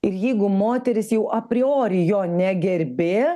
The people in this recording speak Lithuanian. ir jeigu moteris jau a priori jo negerbė